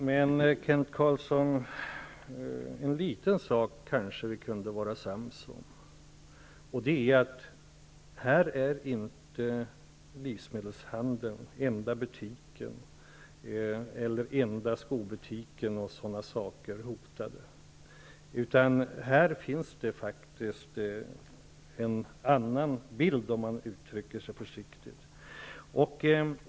Herr talman! En liten sak kanske vi kan vara sams om, Kent Carlsson, och det är att här är inte den enda livsmedelsbutiken eller den enda skobutiken hotade, utan här är bilden en annan, om man uttrycker sig försiktigt.